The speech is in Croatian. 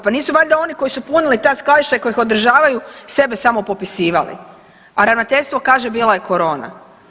Pa nisu valjda oni koji su punili ta skladišta i koji ih održavaju sebe samo popisivali, a ravnateljstvo kaže bila je korona.